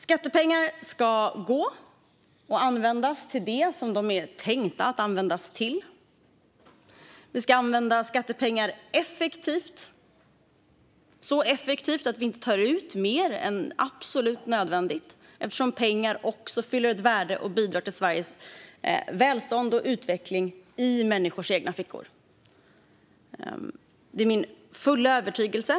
Skattepengar ska användas till det som de är tänkta att användas till. Vi ska använda skattepengar så effektivt att vi inte tar ut mer än absolut nödvändigt, eftersom pengar har ett värde och bidrar till Sveriges välstånd och utveckling också i människors egna fickor. Detta är min fulla övertygelse.